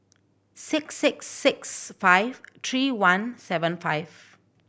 six six six five three one seven five